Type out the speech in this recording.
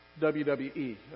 WWE